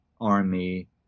army